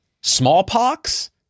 Smallpox